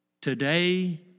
Today